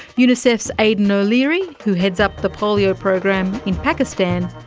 unicef's aidan o'leary, who heads up the polio program in pakistan,